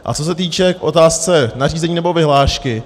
A co se týče otázky nařízení nebo vyhlášky.